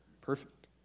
perfect